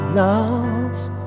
lost